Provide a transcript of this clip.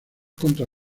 contra